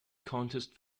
contest